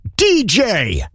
DJ